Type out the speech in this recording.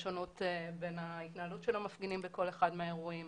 יש שונות בין ההתנהלות של המפגינים בכל אחד מהאירועים